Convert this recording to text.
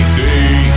day